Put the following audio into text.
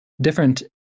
different